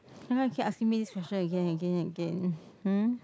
how come keep asking me this question again again and again hmm